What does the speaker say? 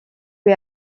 lui